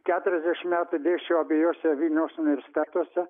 keturiasdešimt metų dėsčiau abiejuose vilniaus universitetuose